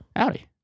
Howdy